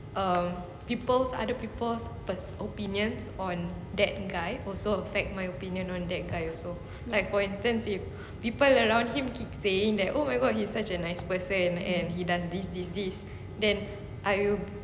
um people other people opinions on that guy also affect my opinion on that guy also like for instant if people around him keep saying that oh my god he is such a nice person and he does this this this then I will